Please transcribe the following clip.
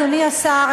אדוני השר,